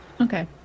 Okay